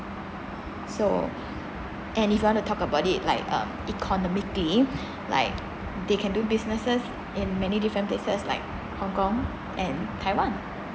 so and if you want to talk about it like um economically like they can do businesses in many different places like hong kong and taiwan